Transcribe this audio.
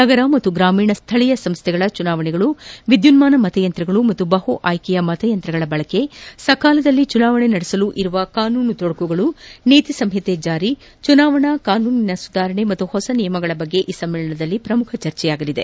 ನಗರ ಮತ್ತು ಗ್ರಾಮೀಣ ಸ್ಥಳೀಯ ಸಂಸ್ಥೆಗಳ ಚುನಾವಣೆಗಳು ವಿದ್ಯುನ್ಮಾನ ಮತಯಂತ್ರಗಳು ಮತ್ತು ಬಹು ಆಯ್ನೆಯ ಮತಯಂತ್ರಗಳ ಬಳಕೆ ಸಕಾಲದಲ್ಲಿ ಚುನಾವಣೆಗಳನ್ನು ನಡೆಸಲು ಇರಬಹುದಾದ ಕಾನೂನು ತೊಡಕುಗಳು ನೀತಿಸಂಹಿತೆಯ ಅನುಷ್ನಾನ ಚುನಾವಣಾ ಕಾನೂನಿನ ಸುಧಾರಣೆ ಹಾಗೂ ಹೊಸ ನಿಯಮಗಳ ಬಗ್ಗೆ ಈ ಸಮ್ಮೇಳನದಲ್ಲಿ ಪ್ರಮುಖ ಚರ್ಚೆಯಾಗಲಿದೆ